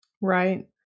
Right